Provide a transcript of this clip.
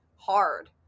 Hard